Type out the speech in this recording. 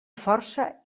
força